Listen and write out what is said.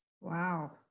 Wow